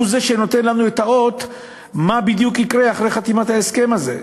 הוא זה שנותן לנו את האות מה בדיוק יקרה אחרי חתימת ההסכם הזה.